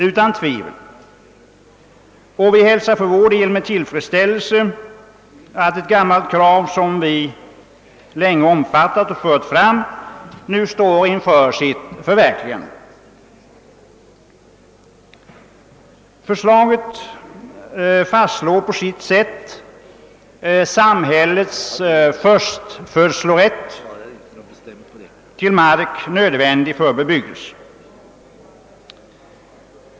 Utan tvivel är den det. För vår del hälsar vi med tillfredsställelse att ett krav som vi länge haft och också framfört nu står inför sitt förverkligande. Förslaget fastslår på sitt sätt samhällets förstfödslorätt till mark, som är nödvändig för bebyggelse.